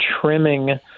trimming